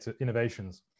innovations